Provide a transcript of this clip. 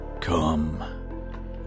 Come